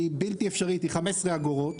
היא בלתי אפשרית, היא 15 אגורות